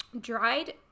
Dried